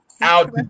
out